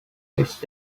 its